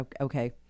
okay